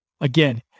again